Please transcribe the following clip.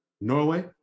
Norway